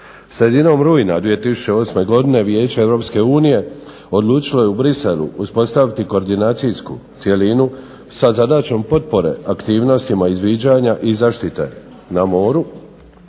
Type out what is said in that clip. Sredinom rujna 2008. godine Vijeće EU odlučilo je u Bruxellesu uspostaviti koordinacijsku cjelinu sa zadaćom potpore aktivnostima izviđanja i zaštite na moru